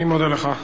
אני מודה לך.